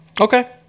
okay